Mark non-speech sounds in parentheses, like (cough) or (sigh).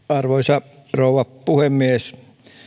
(unintelligible) arvoisa rouva puhemies